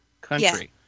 country